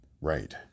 right